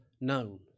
known